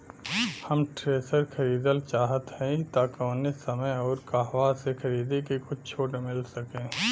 हम थ्रेसर खरीदल चाहत हइं त कवने समय अउर कहवा से खरीदी की कुछ छूट मिल सके?